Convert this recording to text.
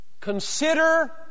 Consider